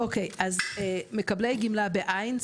מקבלי גמלה בעין,